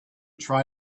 try